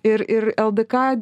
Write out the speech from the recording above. ir ir ldk